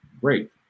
great